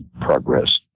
progress